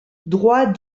droit